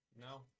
no